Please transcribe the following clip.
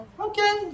Okay